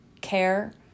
care